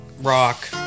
rock